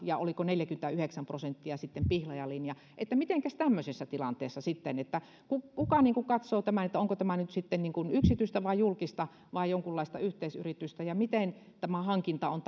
ja oliko neljäkymmentäyhdeksän prosenttia sitten pihlajalinna että mitenkäs tämmöisessä tilanteessa sitten kuka katsoo tämän että onko tämä nyt sitten yksityistä vai julkista vai jonkunlaista yhteisyritystä ja miten tämä hankinta on